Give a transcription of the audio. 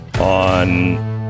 on